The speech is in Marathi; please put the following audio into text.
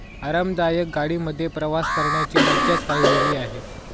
आरामदायक गाडी मध्ये प्रवास करण्याची मज्जाच काही वेगळी आहे